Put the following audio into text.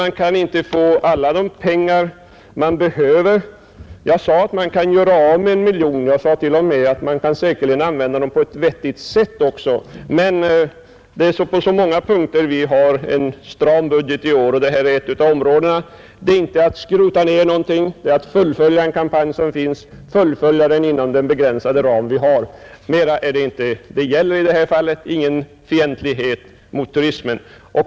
Man kan inte få alla de pengar man behöver. Jag sade att man kan göra av med 1 miljon kronor, jag sade t.o.m. att man säkerligen kan använda dem på ett vettigt sätt. Men det är här som på så många andra punkter: Vi har en stram budget i år och det här är ett av områdena som berörs därav. Det här är inte att skrota ned någonting, det är att fullfölja en kampanj som påbörjats — och fullfölja den inom den begränsade ram vi har. Mer gäller det inte i detta fall. Det är inte någon fientlighet mot turismen.